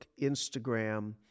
Instagram